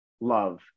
love